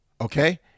okay